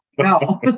no